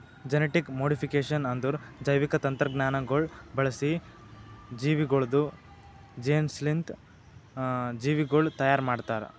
genetic modification ಅಂದುರ್ ಜೈವಿಕ ತಂತ್ರಜ್ಞಾನಗೊಳ್ ಬಳಸಿ ಜೀವಿಗೊಳ್ದು ಜೀನ್ಸ್ಲಿಂತ್ ಜೀವಿಗೊಳ್ ತೈಯಾರ್ ಮಾಡ್ತಾರ್